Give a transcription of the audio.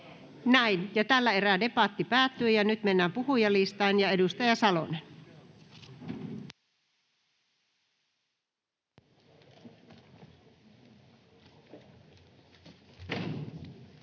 tehdä. Tällä erää debatti päättyy, ja nyt mennään puhujalistaan. — Edustaja Salonen.